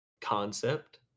concept